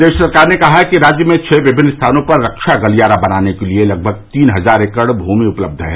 प्रदेश सरकार ने कहा है कि राज्य में छः विभिन्न स्थानों पर रक्षा गलियारा बनाने के लिए लगभग तीन हजार एकड़ भूमि उपलब्ध है